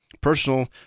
personal